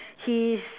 he's